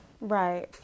Right